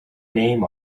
name